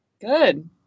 Good